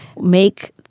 Make